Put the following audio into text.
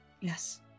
Yes